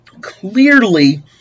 clearly